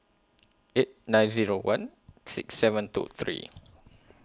eight nine Zero one six seven two three